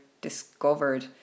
discovered